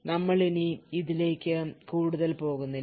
നമ്മൾ ഇനി ഇതിലേക്ക് കൂടുതൽ പോകുന്നില്ല